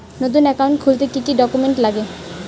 নতুন একাউন্ট খুলতে কি কি ডকুমেন্ট লাগে?